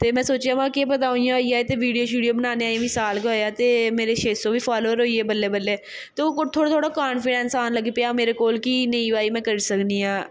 ते में सोचेआ महां केह् पता उ'आं होई जाए ते वीडियो शीडियो बनाने अजें मी साल गै होएआ ऐ ते मेरे छे सौ बीह् फालोवर होई गे बल्लें बल्लें ते ओह् थोह्ड़ा थोह्ड़ा कांफिडैंस औन लगी पेआ मेरे कोल कि नेईं भाई में करी सकनी आं